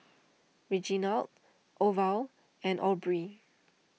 Reginald Orville and Aubrie